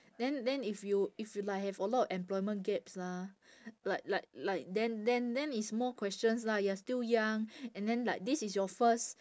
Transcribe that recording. then then if you if you like have a lot employment gaps ah like like like then then then it's more questions lah you're still young and then like this is your first